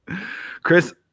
Chris